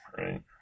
Right